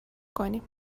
کنیم